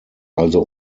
also